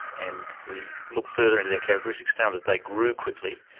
and we looked further into their characteristics, found that they grew quickly,